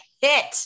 hit